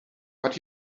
but